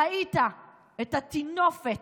ראית את הטינופת